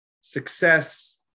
success